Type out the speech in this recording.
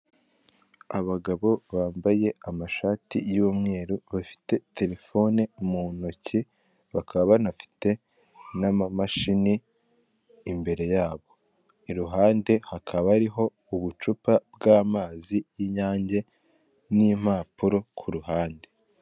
Abagabo bambaye amashati y'umweru bafite telefone mu ntoki bakaba banafite n'amamashini imbere yabo, iruhande hakaba ariho ubucupa bw'amazi y'inyange n'impapuro ku ruhande.